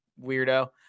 weirdo